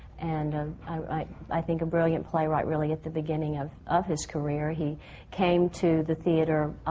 and um i i think a brilliant playwright, really at the beginning of of his career. he came to the theatre